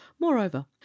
moreover